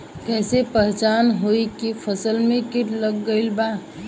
कैसे पहचान होला की फसल में कीट लग गईल बा?